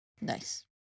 Nice